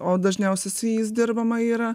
o dažniausiai su jais dirbama yra